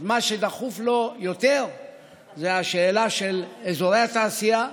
אז מה שדחוף לו יותר הוא השאלה של אזורי התעשייה,